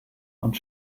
und